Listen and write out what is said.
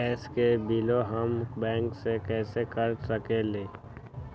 Gas के बिलों हम बैंक से कैसे कर सकली?